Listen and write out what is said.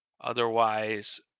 Otherwise